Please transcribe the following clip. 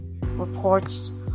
reports